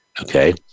Okay